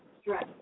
stress